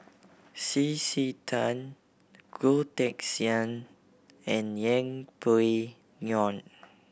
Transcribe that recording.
C C Tan Goh Teck Sian and Yeng Pway Ngon